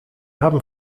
haben